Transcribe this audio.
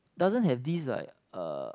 doesn't have this like uh